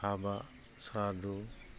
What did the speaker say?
हाबा सारादु